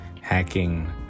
hacking